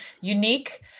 unique